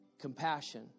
compassion